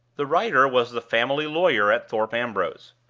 the writer was the family lawyer at thorpe ambrose.